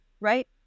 right